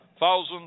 Thousands